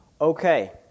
okay